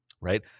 Right